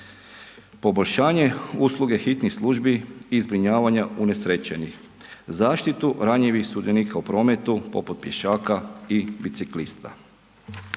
poboljšanje usluge hitnih službi i zbrinjavanja unesrećenih, zaštitu ranjivih sudionika u prometu poput pješaka i biciklista.